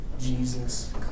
Jesus